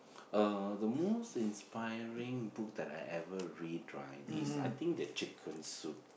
uh the most inspiring book that I ever read right is I think the chicken soup